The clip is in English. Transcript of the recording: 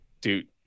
dude